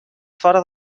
fora